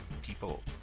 people